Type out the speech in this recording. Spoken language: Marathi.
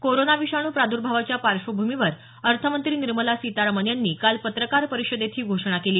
कोरोना विषाणू प्रादर्भावाच्या पार्श्वभूमीवर अर्थमंत्री निर्मला सीतारामन् यांनी काल पत्रकार परिषदेत ही घोषणा केली